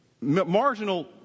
marginal